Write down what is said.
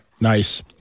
Nice